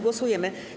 Głosujemy.